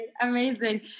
Amazing